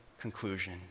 conclusion